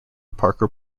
parker